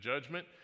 judgment